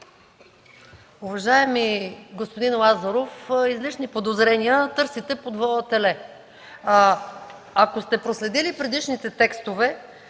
Уважаеми господин Лазаров, излишни подозрения! Търсите под вола теле. Ако сте проследили предишните текстове,